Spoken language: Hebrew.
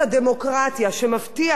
שמבטיח את חופש הביטוי,